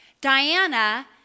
Diana